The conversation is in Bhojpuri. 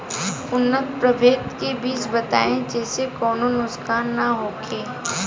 उन्नत प्रभेद के बीज बताई जेसे कौनो नुकसान न होखे?